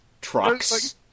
trucks